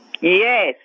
Yes